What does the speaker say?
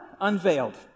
Unveiled